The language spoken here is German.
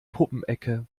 puppenecke